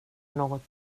nåt